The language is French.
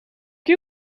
que